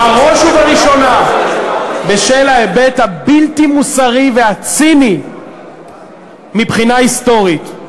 בראש ובראשונה בשל ההיבט הבלתי-מוסרי והציני מבחינה היסטורית.